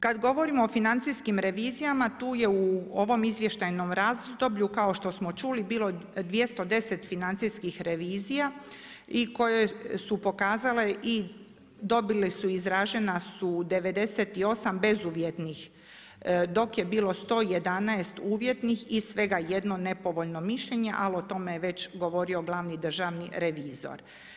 Kad govorimo o financijskim revizijama, tu je u ovom izvještajnom razdoblju, kao što smo čuli, bilo 210 financijskih revizija i kojoj su pokazale i dobile su i izražena su 98 bezuvjetnih, tok je bilo 111 uvjetnih i svega 1 nepovoljno mišljenje, ali o tome je već govorio glavni državni revizor.